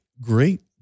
great